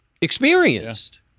experienced